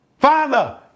father